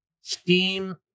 Steam